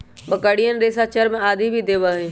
बकरियन रेशा, चर्म आदि भी देवा हई